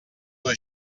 dos